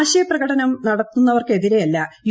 ആശയപ്രകടനം നടത്തുന്നവർക്കെതിരെയല്ല യു